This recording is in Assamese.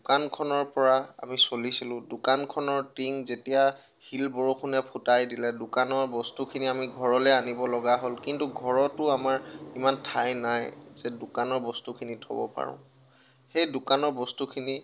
দোকানখনৰ পৰা আমি চলিছিলোঁ দোকানখনৰ টিং যেতিয়া শিল বৰষুণে ফুটাই দিলে দোকানৰ বস্তুখিনি আমি ঘৰলৈ আনিব লগা হ'ল কিন্তু ঘৰতো আমাৰ ইমান ঠাই নাই যে দোকানৰ বস্তুখিনি থ'ব পাৰোঁ সেই দোকানৰ বস্তুখিনি